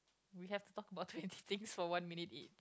we have to talk about twenty things for one minute each